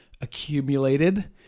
accumulated